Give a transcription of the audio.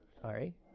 Sorry